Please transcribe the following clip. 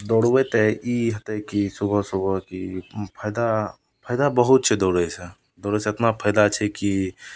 दौड़बय तऽ ई हेतय की सुबह सुबह की फायदा फायदा बहुत छै दौड़यसँ दौड़यसँ एतना फायदा छै की